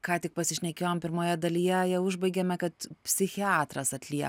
ką tik pasišnekėjom pirmoje dalyje ją užbaigėme kad psichiatras atlie